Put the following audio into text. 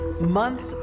months